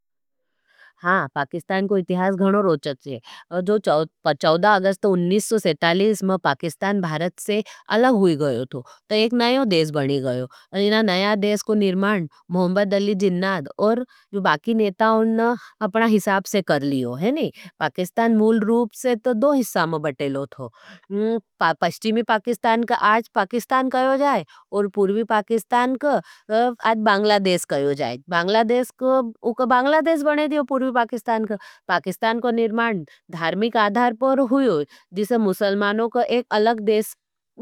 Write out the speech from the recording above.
हाँ, पाकिस्तान को इतिहास गणो रोचक छे। जो चौदह अगस्त उननेस सौ सैंतालीस में पाकिस्तान भारत से अलग हुई गयो थो। तो एक नयों देश बनी गयो। इनना नया देश को निर्माण, मुहम्बद डली जिन्नाद और बाकी नेताओं ना अपना हिसाब से कर लियो। पाकिस्तान मुल रूप से तो दो हिसा में बटेलो थो। पश्चिमी पाकिस्तान को आज पाकिस्तान कहो जाएं, और पूर्वी पाकिस्तान को आज बांग्लादेश कहो जाए। बांग्लादेश को उका बांग्लादेश बने दियो पूर्वी पाकिस्तान को। पाकिस्तान को निर्माण धार्मिक आधार पर हुयो। जी से मुसल्मानों को एक अलग देश मिली गयो।